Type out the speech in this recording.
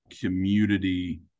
community